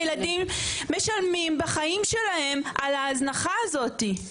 הילדים משלמים בחיים שלהם על ההזנחה הזאת.